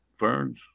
ferns